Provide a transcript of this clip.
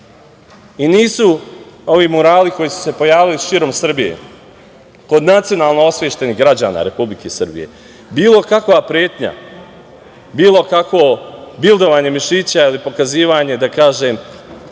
ovi murali koji su se pojavili širom Srbije kod nacionalno osvešćenih građana Republike Srbije bilo kakva pretnja, bilo kakvo bildovanje mišića ili pokazivanje, da kažem,